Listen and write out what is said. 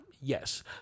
yes